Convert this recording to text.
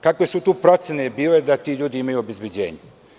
Kakve su tu procene bile da ti ljudi imaju obezbeđenje?